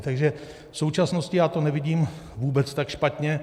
Takže v současnosti to nevidím vůbec tak špatně.